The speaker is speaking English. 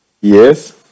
Yes